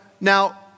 now